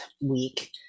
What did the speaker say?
week